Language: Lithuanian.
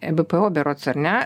ebpo berods ar ne